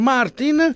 Martin